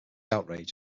outrage